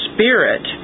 Spirit